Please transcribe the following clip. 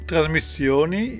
Trasmissioni